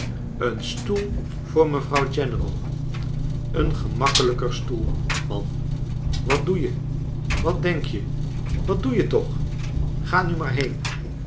een stoel voor mevrouw general een gemakkelijker stoel man wat doe je wat denk je wat doe je tooh ga nu maar heen